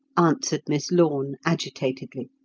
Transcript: answered miss lorne agitatedly.